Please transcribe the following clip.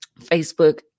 Facebook